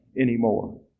anymore